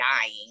dying